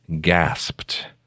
gasped